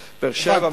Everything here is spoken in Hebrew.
בבאר-שבע.